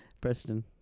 Preston